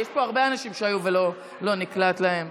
יש פה הרבה אנשים שהיו ולא נקלט להם.